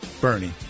Bernie